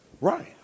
Right